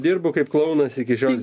dirbu kaip klounas iki šios